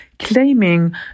claiming